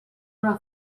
una